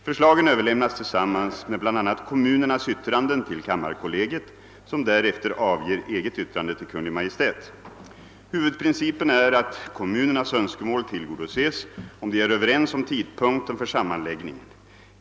Förslagen överlämnas tillsammans med bl.a. kommunernas yttranden till kammarkollegiet, som därefter avger eget yttrande till Kungl. Maj:t. Huvudprincipen är att kommunernas önskemål tillgodoses om de är överens om tidpunkten för sammanläggningen.